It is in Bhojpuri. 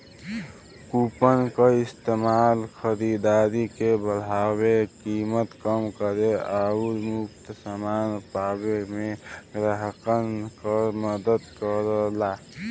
कूपन क इस्तेमाल खरीदारी के बढ़ावे, कीमत कम करे आउर मुफ्त समान पावे में ग्राहकन क मदद करला